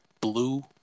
blue